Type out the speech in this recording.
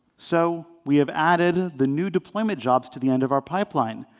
so we have added the new deployment jobs to the end of our pipeline.